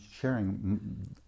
sharing